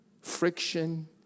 Friction